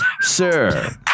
Sir